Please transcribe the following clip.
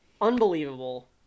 unbelievable